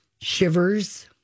shivers